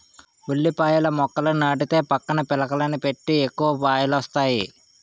ఉల్లిపాయల మొక్కని నాటితే పక్కన పిలకలని పెట్టి ఎక్కువ పాయలొస్తాయి